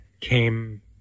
came